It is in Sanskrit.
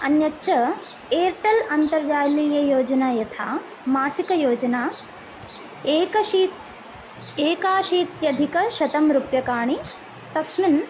अन्यच्च एर्टेल् अन्तर्जालीययोजना यथा मासिकयोजना एकशी एकाशीत्यधिकशतं रूप्यकाणि तस्मिन्